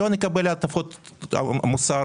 לא נקבל הטפות מוסר.